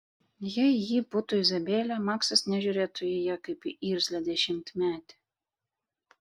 jei ji būtų izabelė maksas nežiūrėtų į ją kaip į irzlią dešimtmetę